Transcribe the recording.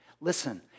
Listen